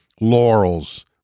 laurels